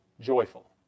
joyful